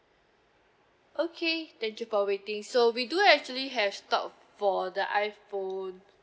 okay thank you for waiting so we do actually have stock for the iPhone